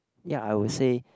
ya I would say